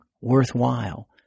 worthwhile